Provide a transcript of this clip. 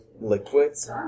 liquids